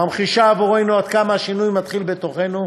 הממחישה עבורנו עד כמה השינוי מתחיל בתוכנו,